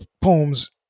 poems